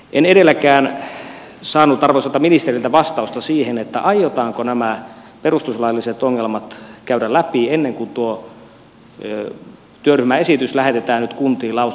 en edelleenkään saanut arvoisalta ministeriltä vastausta siihen aiotaanko nämä perustuslailliset ongelmat käydä läpi ennen kuin tuo työryhmän esitys lähetetään nyt kuntiin lausunnolle